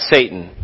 Satan